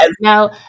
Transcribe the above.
Now